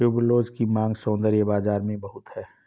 tuberose की मांग सौंदर्य बाज़ार में बहुत है